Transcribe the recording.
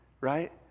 right